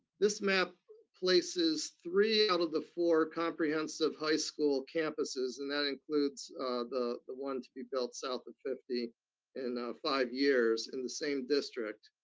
this map places three out of the four comprehensive high school campuses, and that includes the the one to be built south of fifty in five years, in the same district.